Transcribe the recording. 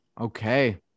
okay